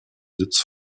sitz